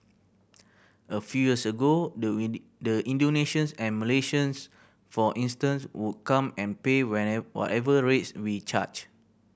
a few years ago the the Indonesians and Malaysians for instance would come and pay whatever rates we charged